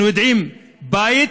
אנחנו יודעים, בית,